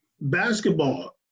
basketball